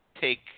take